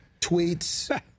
tweets